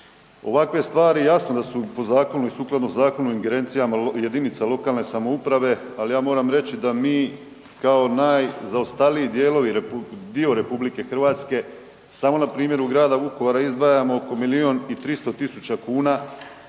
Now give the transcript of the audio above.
Ovakve stvari jasno da su po zakonu i sukladno zakonu u ingerencijama jedinica lokalne samouprave, ali ja moram reći da mi kao najzaostaliji dio RH samo na primjeru Grada Vukovara izdvajamo oko milijun i 300 tisuća kuna